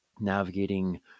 navigating